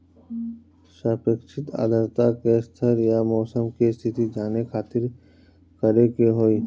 सापेक्षिक आद्रता के स्तर या मौसम के स्थिति जाने खातिर करे के होई?